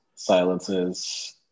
silences